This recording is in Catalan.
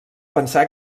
pensar